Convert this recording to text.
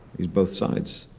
use both sides.